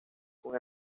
con